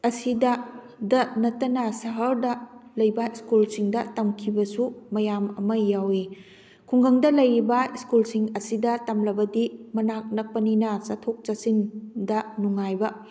ꯑꯁꯤꯗꯇ ꯅꯠꯇꯅ ꯁꯍꯔꯗ ꯂꯩꯕ ꯏꯁꯀꯨꯜꯁꯤꯡꯗ ꯇꯝꯈꯤꯕꯁꯨ ꯃꯌꯥꯝ ꯑꯃ ꯌꯥꯎꯏ ꯈꯨꯡꯒꯪꯗ ꯂꯩꯔꯤꯕ ꯏꯁꯀꯨꯜꯁꯤꯡ ꯑꯁꯤꯗ ꯇꯝꯂꯕꯗꯤ ꯃꯅꯥꯛ ꯅꯛꯄꯅꯤꯅ ꯆꯠꯊꯣꯛ ꯆꯠꯁꯤꯟꯗ ꯅꯨꯡꯉꯥꯏꯕ